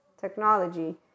technology